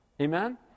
amen